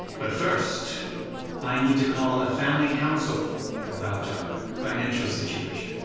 but first i need to call a family counsel about our financial situation.